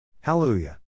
Hallelujah